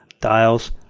dials